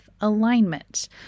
alignment